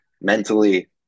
mentally